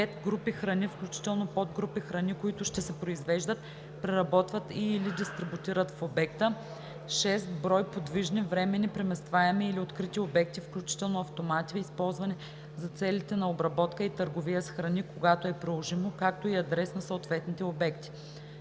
5. групи храни, включително подгрупи храни, които ще се произвеждат, преработват и/или дистрибутират в обекта; 6. брой подвижни, временни, преместваеми или открити обекти, включително автомати, използвани за целите на обработка и търговия с храни, когато е приложимо, както и адрес на съответните обекти;